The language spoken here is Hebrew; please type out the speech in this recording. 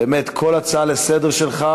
שבאמת כל הצעה לסדר שלך,